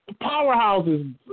powerhouses